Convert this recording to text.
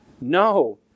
No